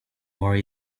more